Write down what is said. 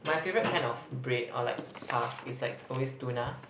my favorite kind of bread or like puff is like always tuna